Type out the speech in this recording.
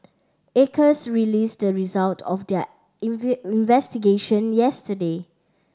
acres released the result of their investigation yesterday